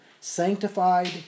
sanctified